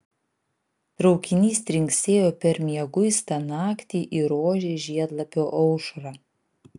traukinys trinksėjo per mieguistą naktį į rožės žiedlapio aušrą